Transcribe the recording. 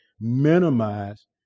minimize